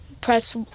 press